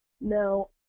Now